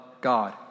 God